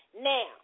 Now